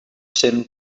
tim